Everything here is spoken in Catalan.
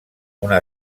una